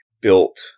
built